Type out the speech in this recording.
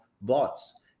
bots